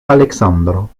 aleksandro